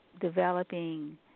developing